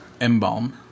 Embalm